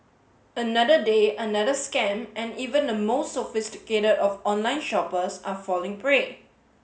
another day another scam and even the most sophisticated of online shoppers are falling prey